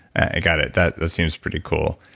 i got it. that seems pretty cool.